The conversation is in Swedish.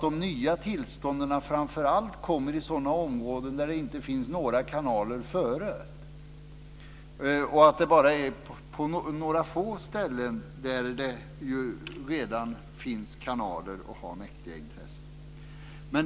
De nya tillstånden kommer framför allt i sådana områden där det förut inte funnits några kanaler. Det är bara på några få ställen som det redan finns kanaler och mäktiga intressen.